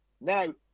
Now